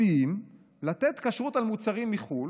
פרטיים לתת כשרות על מוצרים מחו"ל,